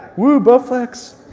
woo, bowflex!